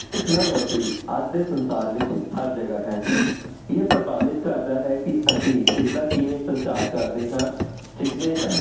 technology ਅੱਜ ਦੇ ਸੰਸਾਰ ਵਿੱਚ ਹਰ ਜਗ੍ਹਾ ਹੈ ਇਹ ਪ੍ਰਭਾਵਿਤ ਕਰਦਾ ਹੈ ਕੀ ਅਸੀਂ ਇਸਦਾ ਕਿਵੇਂ ਸੰਚਾਰ ਕਰਦੇ ਹਾਂ ਸਿੱਖਦੇ ਹਾਂ